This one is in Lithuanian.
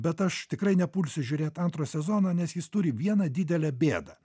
bet aš tikrai nepulsiu žiūrėt antro sezono nes jis turi vieną didelę bėdą